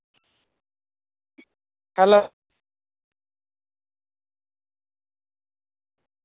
hello